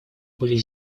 были